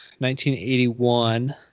1981